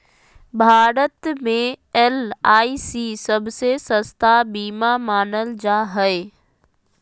भारत मे एल.आई.सी सबसे सस्ता बीमा मानल जा हय